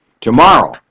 tomorrow